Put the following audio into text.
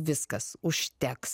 viskas užteks